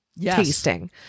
tasting